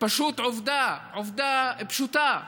עובדה פשוטה: